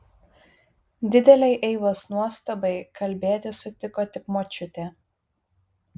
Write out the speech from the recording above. didelei eivos nuostabai kalbėti sutiko tik močiutė